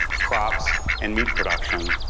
crops, and meat production.